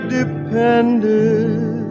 depended